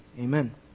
Amen